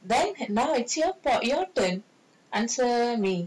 then and now it's your turn your turn answer me